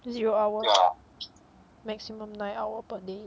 zero hour maximum nine hour per day